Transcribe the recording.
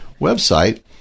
website